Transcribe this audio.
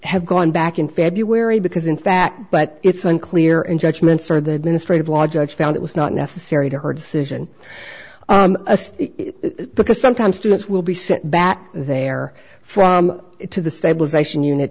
have gone back in february because in fact but it's unclear in judgements or the administrative law judge found it was not necessary to her decision because sometimes students will be sent back there from to the stabilization unit